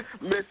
Miss